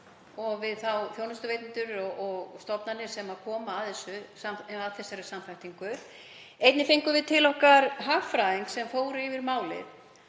og við þá þjónustuveitendur og stofnanir sem koma að þessari samþættingu. Einnig fengum við til okkar hagfræðing sem fór yfir málið